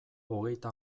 hogeita